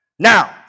Now